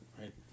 Right